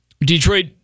Detroit